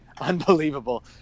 unbelievable